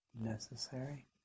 necessary